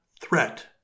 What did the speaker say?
threat